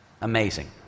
Amazing